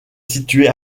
située